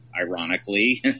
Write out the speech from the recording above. ironically